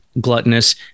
gluttonous